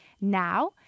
Now